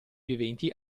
viventi